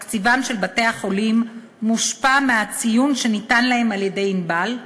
תקציבם של בתי-החולים מושפע מהציון שניתן להם על-ידי "ענבל",